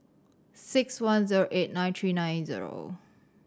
six one zero eight nine three nine zero